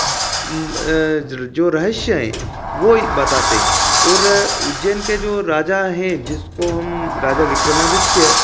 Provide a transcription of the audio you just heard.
जो रहस्य हैं वही बताते हैं और उज्जैन के जो राजा है जिसको हम राजा विक्रम आदित्य